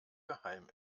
geheim